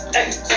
Hey